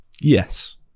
Yes